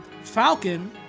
falcon